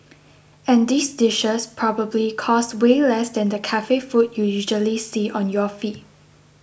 and these dishes probably cost way less than the cafe food you usually see on your feed